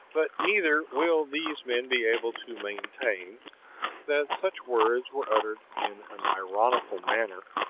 but neither will these men be able to maintain that such words were uttered in an ironical manner,